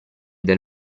del